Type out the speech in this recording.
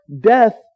death